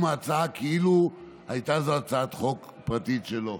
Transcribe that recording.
ההצעה כאילו הייתה זאת הצעת חוק פרטית שלו.